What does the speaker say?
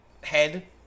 head